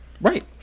Right